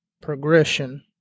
progression